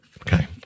Okay